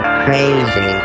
crazy